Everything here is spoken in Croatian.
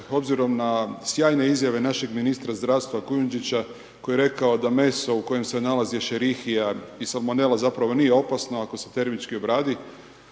obzirom na sjajne izjave našeg ministra zdravstva Kujundžića koji je rekao da meso u kojem se nalazi escherichia i salmonela zapravo nije opasno ako se termički obradi,